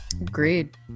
Agreed